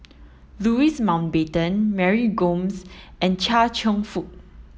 Louis Mountbatten Mary Gomes and Chia Cheong Fook